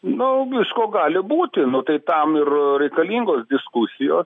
no visko gali būti nu tai tam ir reikalingos diskusijos